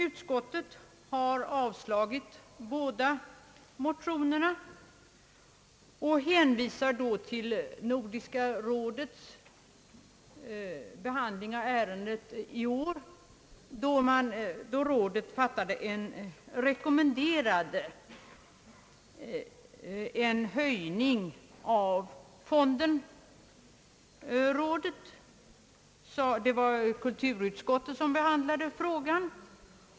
Utskottet har avslagit båda motionerna under hänvisning till Nordiska rådets behandling av ärendet i år. Rådet rekommenderade då en ökning av fonden. Det var kulturutskottet som behandlade frågan.